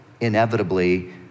inevitably